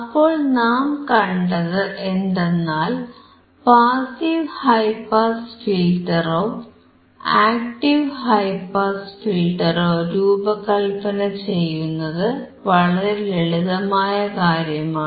അപ്പോൾ നാം കണ്ടത് എന്തെന്നാൽ പാസീവ് ഹൈ പാസ് ഫിൽറ്ററോ ആക്ടീവ് ഹൈ പാസ് ഫിൽറ്ററോ രൂപകല്പന ചെയ്യുന്നത് വളരെ ലളിതമായ കാര്യമാണ്